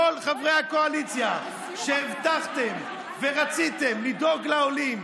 כל חברי הקואליציה שהבטחתם ורצית לדאוג לעולים,